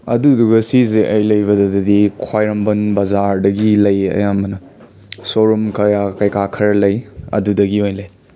ꯑꯗꯨꯗꯨꯒ ꯁꯤꯁꯦ ꯑꯩ ꯂꯩꯕꯗꯗꯤ ꯈ꯭ꯋꯥꯏꯔꯝꯕꯟ ꯕꯖꯥꯔꯗꯒꯤ ꯂꯩꯌꯦ ꯑꯌꯥꯝꯕꯅ ꯁꯣꯔꯨꯝ ꯈꯔ ꯀꯩꯀꯥ ꯈꯔ ꯂꯩ ꯑꯗꯨꯗꯒꯤ ꯑꯣꯏꯅ ꯂꯩ